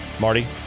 marty